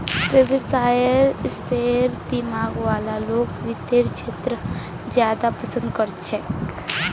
व्यवसायेर स्तरेर दिमाग वाला लोग वित्तेर क्षेत्रत ज्यादा पसन्द कर छेक